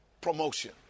promotion